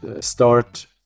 start